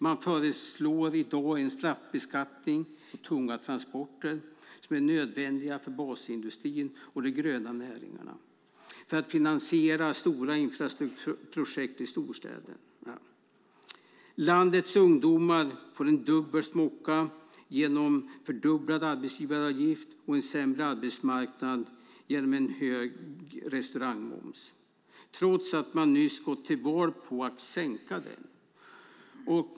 Man föreslår i dag en straffbeskattning på de tunga transporter som är nödvändiga för basindustrin och de gröna näringarna för att finansiera stora infrastrukturprojekt i storstäderna. Landets ungdomar får en dubbel smocka genom fördubblad arbetsgivaravgift och en sämre arbetsmarknad genom en hög restaurangmoms, trots att man nyss gått till val på att sänka den.